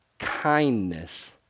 kindness